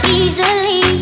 easily